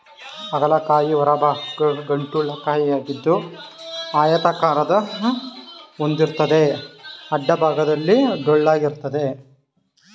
ಹಾಗಲ ಕಾಯಿ ಹೊರಭಾಗ ಗಂಟುಳ್ಳ ಕಾಯಿಯಾಗಿದ್ದು ಆಯತಾಕಾರ ಹೊಂದಿರ್ತದೆ ಅಡ್ಡಭಾಗದಲ್ಲಿ ಟೊಳ್ಳಾಗಿರ್ತದೆ